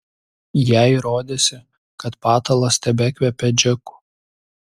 jai rodėsi kad patalas tebekvepia džeku